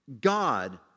God